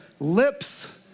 lips